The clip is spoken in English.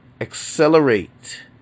accelerate